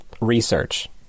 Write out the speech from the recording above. Research